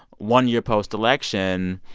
one year post-election,